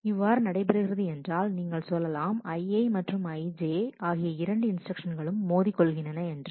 இவ்வாறு நடைபெறுகிறது என்றால் நீங்கள் சொல்லலாம் Ij மற்றும் Ii ஆகிய இரண்டு இன்ஸ்டிரக்ஷன்ஸ்களும் மோதிக் கொள்கின்றன என்று